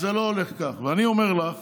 אז זה לא הולך כך, ואני אומר לך